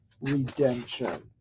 redemption